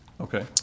Okay